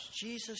Jesus